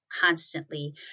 constantly